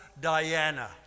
Diana